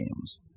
games